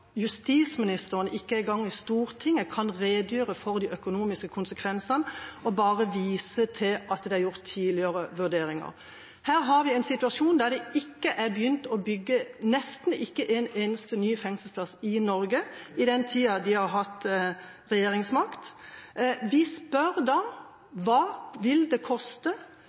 justisministeren ikke engang i Stortinget kan redegjøre for de økonomiske konsekvensene, og bare viser til at det er gjort tidligere vurderinger. Her har vi en situasjon der en nesten ikke har begynt å bygge en eneste ny fengselsplass i Norge i den tiden en har hatt regjeringsmakt. Vi spør da: Hva vil det koste?